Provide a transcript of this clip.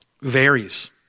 Varies